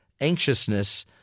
anxiousness